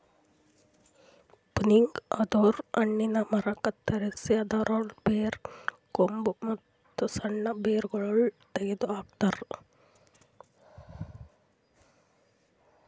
pruning ಅಂದುರ್ ಹಣ್ಣಿನ ಮರ ಕತ್ತರಸಿ ಅದರ್ ಬೇರು, ಕೊಂಬು, ಮತ್ತ್ ಸಣ್ಣ ಬೇರಗೊಳ್ ತೆಗೆದ ಹಾಕ್ತಾರ್